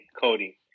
Cody